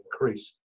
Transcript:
increase